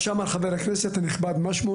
מה שאמר חבר הכנסת הנכבד קינלי